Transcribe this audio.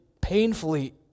painfully